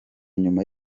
nyuma